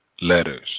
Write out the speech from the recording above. letters